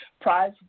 prize